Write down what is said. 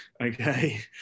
Okay